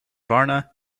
varna